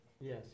Yes